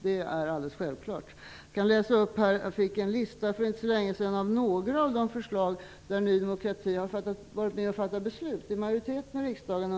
Det är alldeles självklart. Jag fick en lista för inte så länge sedan över några av de beslut där Ny demokrati under de senaste veckorna har varit med och bildat majoritet i riksdagen.